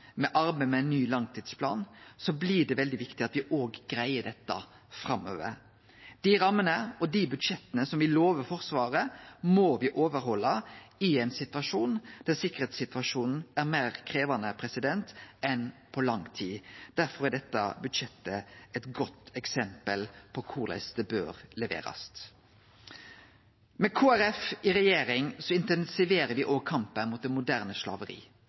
med arbeidet med den nye langtidsplanen, blir det veldig viktig at me òg greier dette framover. Dei rammene og dei budsjetta me lover Forsvaret, må me overhalde i ein situasjon der sikkerheitssituasjonen er meir krevjande enn på lang tid. Derfor er dette budsjettet eit godt eksempel på korleis det bør leverast. Med Kristeleg Folkeparti i regjering intensiverer me kampen mot det moderne slaveriet, både nasjonalt og internasjonalt. Moderne slaveri